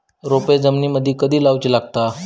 रोपे जमिनीमदि कधी लाऊची लागता?